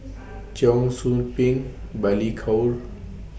Cheong Soo Pieng Balli Kaur